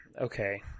okay